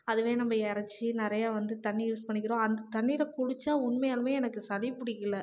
அதுவே நம்ம இறைச்சி நிறைய வந்து தண்ணி யூஸ் பண்ணிக்கிறோம் அந்த தண்ணியில குளிச்சால் உண்மையாலுமே எனக்கு சளி பிடிக்கல